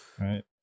right